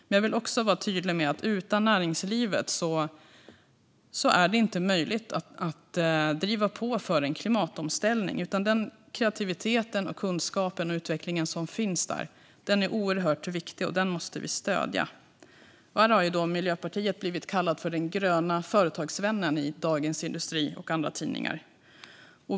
Men jag vill också vara tydlig med att utan näringslivet är det inte möjligt att driva på för en klimatomställning. Den kreativitet, kunskap och utveckling som finns där är oerhört viktig, och den måste vi stödja. Miljöpartiet har blivit kallat för den gröna företagsvännen i Dagens industri och andra tidningar.